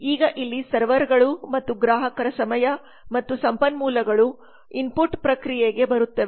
ಈಗ ಇಲ್ಲಿ ಸರ್ವರ್ಗಳು ಮತ್ತು ಗ್ರಾಹಕರ ಸಮಯ ಮತ್ತು ಸಂಪನ್ಮೂಲಗಳು ಒಳಹರಿವಿನಂತೆ ಪ್ರಕ್ರಿಯೆಗೆ ಬರುತ್ತವೆ